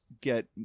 get